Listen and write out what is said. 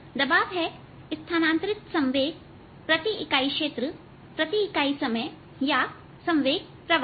दबाव है स्थानांतरित संवेग प्रति इकाई क्षेत्र प्रति इकाई समय या संवेग प्रवाह